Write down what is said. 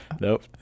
Nope